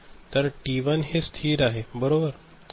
तर टी 1 हे स्थिर आहे बरोबर